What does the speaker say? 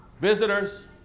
visitors